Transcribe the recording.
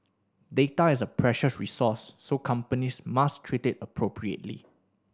data is a precious resource so companies must treat it appropriately